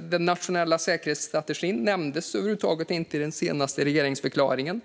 Den nationella säkerhetsstrategin nämndes över huvud taget inte i den senaste regeringsförklaringen.